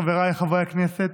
חבריי חברי הכנסת,